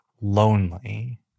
lonely